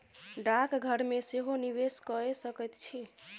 डाकघर मे सेहो निवेश कए सकैत छी